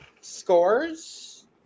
scores